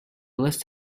list